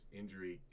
injury